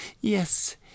Yes